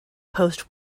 post